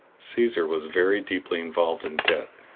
caesar was very deeply involved in debt,